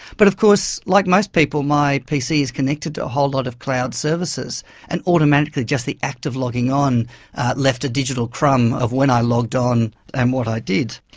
but of course, like most people, my pc is connected to a whole lot of cloud services and automatically just the act of logging on left a digital crumb of when i logged on and what i did.